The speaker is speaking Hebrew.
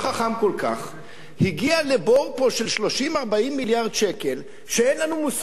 הגיע לבור של 30 40 מיליארד שקל ואין לנו מושג מאיפה נכסה את זה.